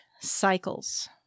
Cycles